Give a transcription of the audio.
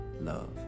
love